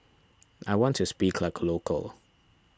I want to speak like a local